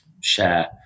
share